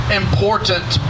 important